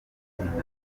inanga